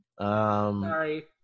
Sorry